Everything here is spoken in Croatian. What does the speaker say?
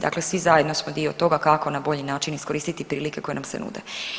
Dakle, svi zajedno smo dio toga kako na bolji način iskoristiti prilike koje nam se nude.